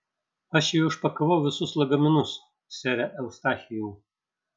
aš jau išpakavau visus lagaminus sere eustachijau